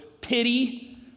pity